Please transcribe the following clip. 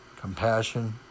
compassion